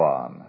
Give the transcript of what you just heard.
on